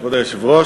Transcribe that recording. כבוד היושב ראש,